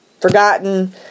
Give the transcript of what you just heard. forgotten